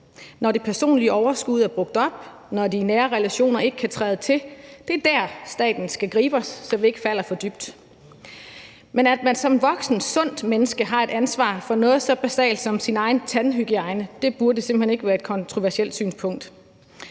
når det personlige overskud er brugt op, og når de nære relationer ikke kan træde til, at staten skal gribe os, så vi ikke falder for dybt. Men at man som et voksen sundt menneske har et ansvar for noget så basalt som sin egen tandhygiejne, burde simpelt hen ikke være et kontroversielt synspunkt.